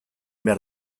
behar